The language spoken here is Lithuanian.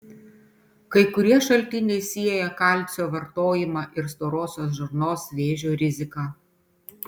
kai kurie šaltiniai sieja kalcio vartojimą ir storosios žarnos vėžio riziką